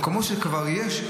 באמת במקומות שכבר יש,